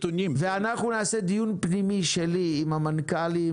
ואנחנו נעשה דיון פנימי שלי עם המנכ"לים,